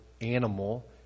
animal